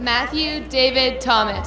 matthew david thomas